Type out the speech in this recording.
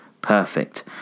perfect